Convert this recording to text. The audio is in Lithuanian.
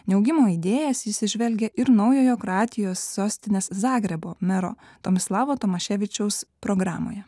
neaugimo idėjas jis įžvelgia ir naujojo kroatijos sostinės zagrebo mero tomislavo tomaševičiaus programoje